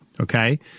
okay